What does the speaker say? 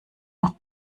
noch